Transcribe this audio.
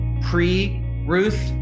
pre-Ruth